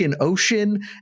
ocean